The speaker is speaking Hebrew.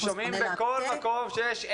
אנחנו שומעים בכל מקום שיש,